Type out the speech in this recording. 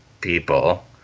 people